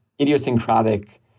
idiosyncratic